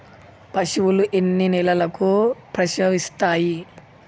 పశువులు ఎన్ని నెలలకు ప్రసవిస్తాయి?